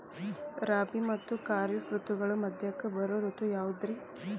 ರಾಬಿ ಮತ್ತ ಖಾರಿಫ್ ಋತುಗಳ ಮಧ್ಯಕ್ಕ ಬರೋ ಋತು ಯಾವುದ್ರೇ?